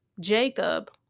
Jacob